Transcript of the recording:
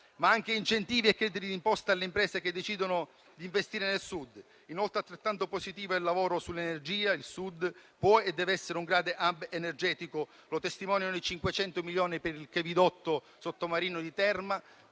ma anche ad incentivi e crediti di imposta alle imprese che decidono di investire nel Sud. Inoltre, altrettanto positivo è il lavoro sull'energia. Il Sud può e deve essere un grande *hub* energetico: lo testimoniano i 500 milioni per il cavidotto sottomarino di Terna,